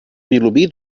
vilobí